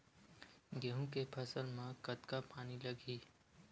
गेहूं के फसल म कतका पानी लगही?